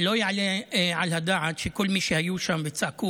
לא יעלה על הדעת שכל מי שהיו שם וצעקו